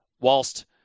whilst